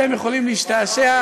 אתם יכולים להשתעשע.